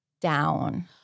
Down